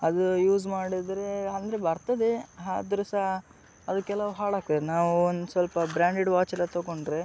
ಅದು ಯೂಸ್ ಮಾಡಿದರೆ ಅಂದರೆ ಬರ್ತದೆ ಆದರು ಸಹ ಅದು ಕೆಲವು ಹಾಳಾಗ್ತದೆ ನಾವು ಒಂದು ಸ್ವಲ್ಪ ಬ್ರ್ಯಾಂಡೆಡ್ ವಾಚ್ ಎಲ್ಲ ತಗೊಂಡರೆ